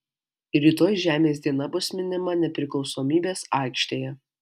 rytoj žemės diena bus minima nepriklausomybės aikštėje